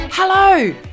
Hello